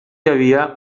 havia